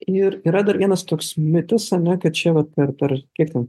ir yra dar vienas toks mitas ane kad čia vat per per kiek ten